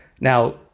Now